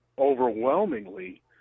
overwhelmingly